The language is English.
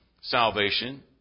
salvation